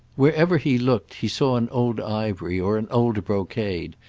wherever he looked he saw an old ivory or an old brocade,